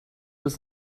was